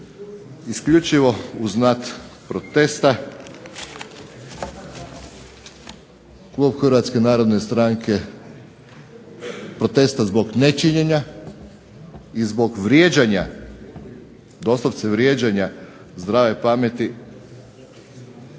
Isključivo uz znak protesta klub Hrvatske narodne stranke, protesta zbog nečinjenja i zbog vrijeđanja, doslovce vrijeđanja zdrave pameti